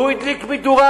והוא הדליק מדורה